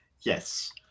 yes